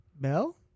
Bell